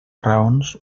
raons